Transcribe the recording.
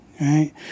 right